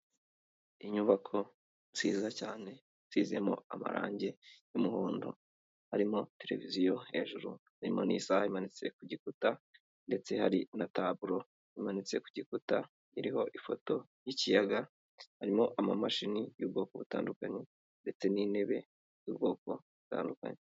Inyubako nziza cyane isizemo amarangi y'umuhondo harimo televiziyo hejuru, harimo n'isaha imanitse ku gikuta ndetse hari na taburo imanitse ku gikuta iriho ifoto y'ikiyaga, harimo amamashini y'ubwoko butandukanye ndetse n'intebe y'ubwoko butandukanye.